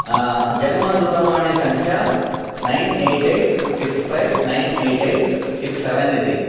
जङ्गमदूरवाणीसङ्ख्या nine eight eight six five nine eight eight six seven इति